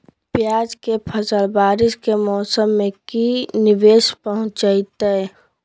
प्याज के फसल बारिस के मौसम में की निवेस पहुचैताई?